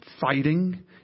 Fighting